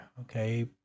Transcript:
okay